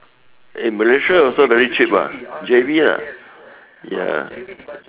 eh Malaysia also very cheap mah J_B lah ya